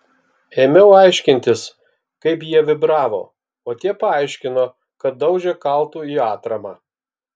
ėmiau aiškintis kaip jie vibravo o tie paaiškino kad daužė kaltu į atramą